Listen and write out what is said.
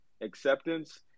acceptance